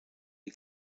est